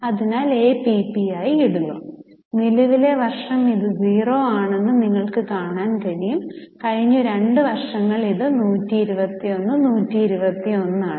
അതിനാൽ ഇത് APP ആയി ഇടുന്നു നിലവിലെ വർഷം ഇത് 0 ആണെന്ന് നിങ്ങൾക്ക് കാണാൻ കഴിയും കഴിഞ്ഞ 2 വർഷത്തിൽ ഇത് 121 121 ആണ്